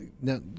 Now